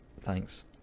thanks